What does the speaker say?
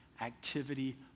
activity